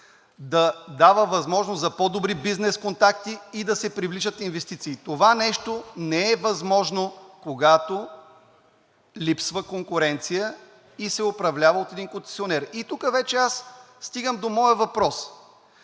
да дава възможност за по-добри бизнес контакти и да се привличат инвестиции. Това нещо не е възможно, когато липсва конкуренция и се управлява от един концесионер. И тук вече аз стигам до моя въпрос.